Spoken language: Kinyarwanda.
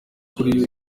kuri